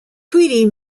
tweedy